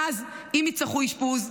ואז אם יצטרכו אשפוז,